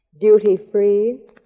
Duty-free